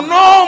no